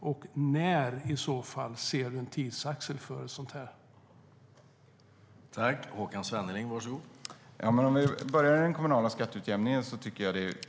Och när, i så fall, ser du en tidsaxel för sådant här?